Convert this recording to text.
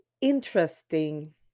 interesting